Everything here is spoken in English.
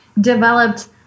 developed